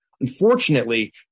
Unfortunately